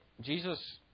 Jesus